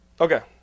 Okay